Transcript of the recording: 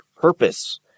purpose